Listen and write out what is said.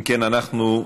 אם כן, אנחנו,